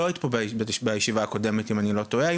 את לא היית פה בישיבה הקודמת אם אני לא טועה.